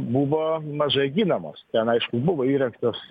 buvo mažai ginamos ten aišku buvo įrengtos